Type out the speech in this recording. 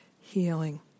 healing